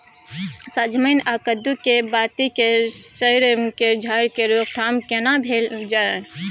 सजमैन आ कद्दू के बाती के सईर के झरि के रोकथाम केना कैल जाय?